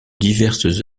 diverses